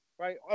Right